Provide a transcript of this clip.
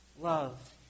love